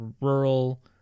rural